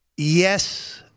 Yes